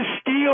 steal